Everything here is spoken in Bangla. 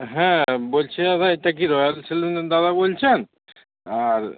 হ্যাঁ বলছিলাম দাদা এটা কি রয়্যাল সেলুনের দাদা বলছেন আর